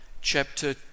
chapter